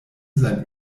sein